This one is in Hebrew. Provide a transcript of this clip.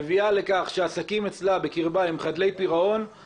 מביאה לכך שהעסקים אצלה הם חדלי פירעון,